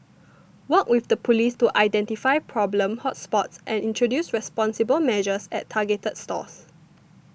work with the Police to identify problem hot spots and introduce responsible measures at targeted stores